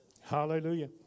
Hallelujah